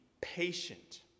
patient